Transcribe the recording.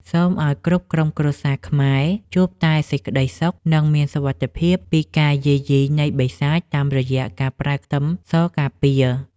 សូមឱ្យគ្រប់ក្រុមគ្រួសារខ្មែរជួបតែសេចក្តីសុខនិងមានសុវត្ថិភាពពីការយាយីនៃបិសាចតាមរយៈការប្រើខ្ទឹមសការពារ។